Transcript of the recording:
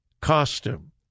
costume